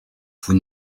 vous